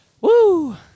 Woo